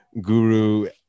guru